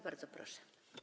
Bardzo proszę.